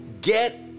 get